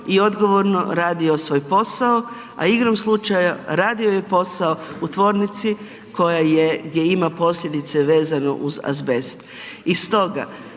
i odgovorno radio svoj posao, a igrom slučaja radio je posao u tvornici koja je, gdje ima posljedice vezano uz azbest.